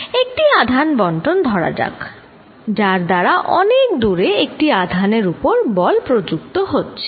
একটি আধান বন্টন ধরা যাক যার দ্বারা অনেক দূরে একটি আধানের উপর বল প্রযুক্ত হচ্ছে